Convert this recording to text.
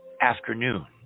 afternoon